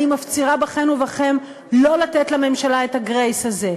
אני מפצירה בכן ובכם לא לתת לממשלה את ה"גרייס" הזה.